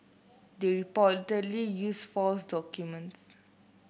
they reportedly used false documents